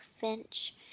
Finch